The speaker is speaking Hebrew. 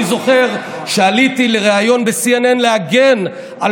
אני זוכר שעליתי לריאיון ב-CNN להגן על